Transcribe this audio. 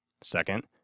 Second